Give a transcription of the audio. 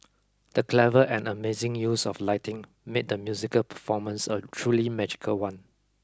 the clever and amazing use of lighting made the musical performance a truly magical one